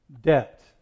Debt